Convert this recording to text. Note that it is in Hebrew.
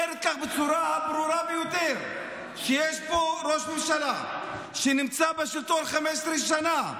בצורה הברורה ביותר: יש פה ראש ממשלה שנמצא בשלטון 15 שנה.